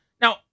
Now